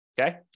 okay